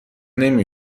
نمی